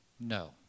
No